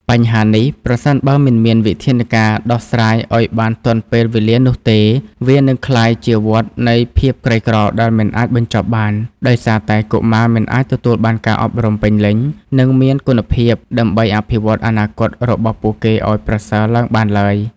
បញ្ហានេះប្រសិនបើមិនមានវិធានការដោះស្រាយឱ្យបានទាន់ពេលវេលានោះទេ វានឹងក្លាយជាវដ្តនៃភាពក្រីក្រដែលមិនអាចបញ្ចប់បាន ដោយសារតែកុមារមិនអាចទទួលបានការអប់រំពេញលេញ និងមានគុណភាពដើម្បីអភិវឌ្ឍអនាគតរបស់ពួកគេឱ្យប្រសើរឡើងបានឡើយ។